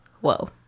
Whoa